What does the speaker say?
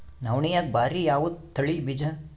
ನವಣಿಯಾಗ ಭಾರಿ ಯಾವದ ತಳಿ ಬೀಜ?